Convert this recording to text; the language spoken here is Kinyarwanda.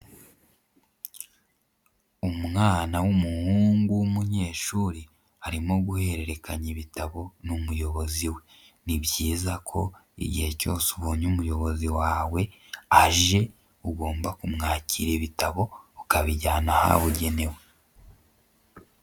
Umwana w'umuhungu w'umunyeshuri arimo guhererekanya ibitabo n'umuyobozi we, ni byiza ko igihe cyose ubonye umuyobozi wawe aje ugomba kumwakira ibitabo ukabijyana ahabugenewe.